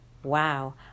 Wow